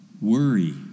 Worry